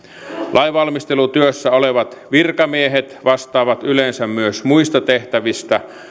lainvalmistelutyössä olevat virkamiehet vastaavat yleensä myös muista tehtävistä